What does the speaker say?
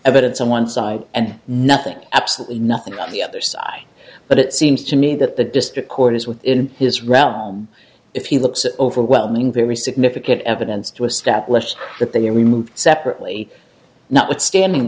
evidence on one side and nothing absolutely nothing on the other side but it seems to me that the district court is within his round if he looks at overwhelming very significant evidence to establish that they removed separately notwithstanding